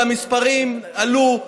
והמספרים עלו,